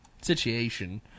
situation